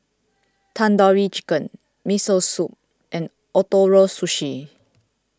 Tandoori Chicken Miso Soup and Ootoro Sushi